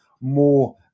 more